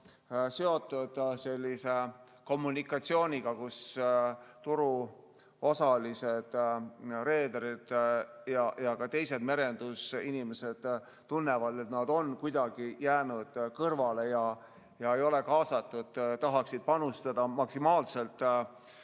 seotud sellise kommunikatsiooniga, kus turuosalised, reederid ja ka teised merendusinimesed tunnevad, et nad on kuidagi jäänud kõrvale ja ei ole kaasatud, kuigi tahaksid panustada maksimaalselt